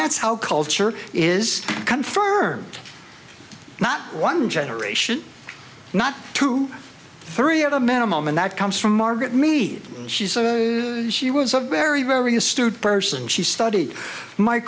that's how culture is confirmed not one generation not two three at a minimum and that comes from margaret mead she sued she was a very very astute person she studied